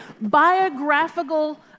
biographical